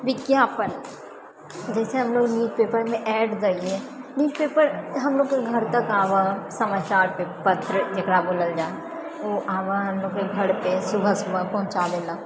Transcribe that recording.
विज्ञापन जैसे हमलोग न्यूजपेपरमे एड दए हियै न्यूज पेपर हमलोगो के घर तक आबए हँ समाचारपत्र जकरा बोलल जा हँ ओ आब हँ हमलोगके घ पे सुबह सुबह पहुँचाबए लए